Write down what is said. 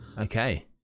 okay